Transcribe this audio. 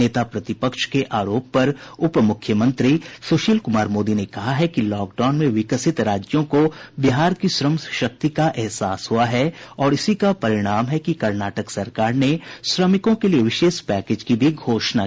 नेता प्रतिपक्ष के आरोप पर उप मुख्यमंत्री सुशील कुमार मोदी ने कहा है कि लॉकडाउन में विकसित राज्यों को बिहार की श्रम शक्ति का एहसास हुआ है और इसी का परिणाम है कि कर्नाटक सरकार ने श्रमिकों के लिए विशेष पैकेज की भी घोषणा की है